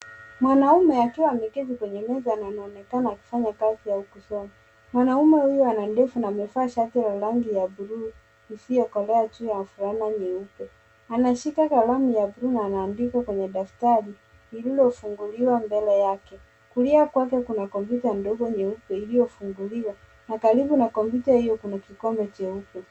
Mwanaume akiwa ameketi kwenye meza na anaonekana akifanya kazi ya kusoma. Mwanaume huyu ana ndevu na amevaa shati la rangi ya bluu, isiyokolea juu ya fulana nyeupe. Anashika kalamu ya bluu na anaandika kwenye daftari, lililofunguliwa mbele yake. Kulia kwake kuna kompyuta ndogo nyeupe iliyofunguliwa, na karibu na kompyuta hiyo kuna kikombe cheupe.